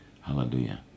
Hallelujah